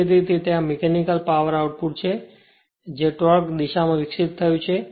દેખીતી રીતે ત્યાં એક મીકેનિકલ પાવર આઉટપુટ છે જે ટોર્ક તે દિશામાં વિકસિત થયું છે